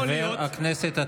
אל תגיד,